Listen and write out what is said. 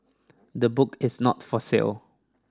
the book is not for sale